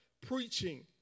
preaching